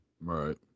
right